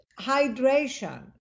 hydration